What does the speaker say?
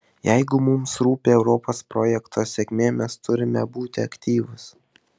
jeigu mums rūpi europos projekto sėkmė mes turime būti aktyvūs